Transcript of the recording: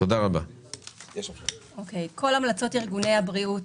כל ארגוני הבריאות